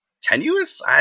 tenuous